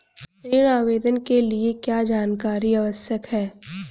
ऋण आवेदन के लिए क्या जानकारी आवश्यक है?